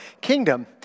kingdom